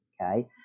okay